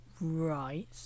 Right